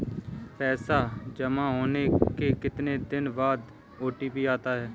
पैसा जमा होने के कितनी देर बाद ओ.टी.पी आता है?